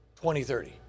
2030